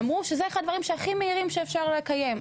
ואמרו שזה אחד מהדברים הכי מהירים שניתן לקיים.